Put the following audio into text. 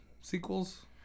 sequels